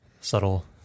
subtle